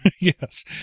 Yes